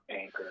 Anchor